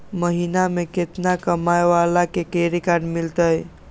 महीना में केतना कमाय वाला के क्रेडिट कार्ड मिलतै?